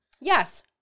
Yes